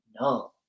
no